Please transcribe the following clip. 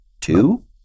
Two